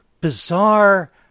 bizarre